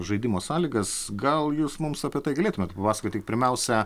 žaidimo sąlygas gal jūs mums apie tai galėtumėt papasakot tik pirmiausia